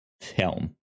film